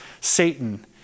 Satan